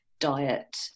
diet